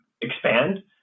expand